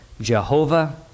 Jehovah